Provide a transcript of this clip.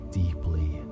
deeply